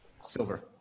silver